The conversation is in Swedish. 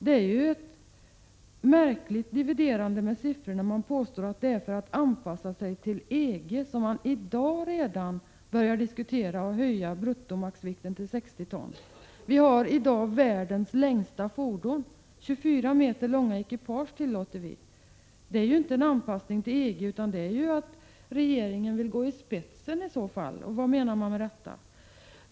Det är ett märkligt dividerande med siffror när man påstår att det är för att anpassa sig till EG som man redan i dag börjar diskutera att höja bruttomaxvikten till 60 ton. Vi har i dag världens längsta fordon — 24 meter långa ekipage tillåter vi. Förslaget om en höjning är inte en anpassning till EG, utan det innebär att regeringen vill gå i spetsen. Vad menar man med detta?